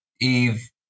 Eve